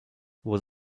was